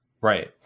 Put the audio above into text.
right